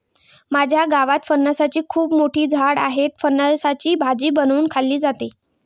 माझ्या गावात फणसाची खूप मोठी झाडं आहेत, फणसाची भाजी बनवून खाल्ली जाते